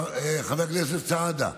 חבר הכנסת סעדה,